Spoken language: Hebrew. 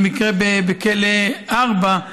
על מקרה בכלא 4,